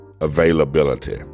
availability